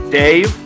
dave